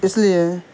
اس لیے